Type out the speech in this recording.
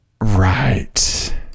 Right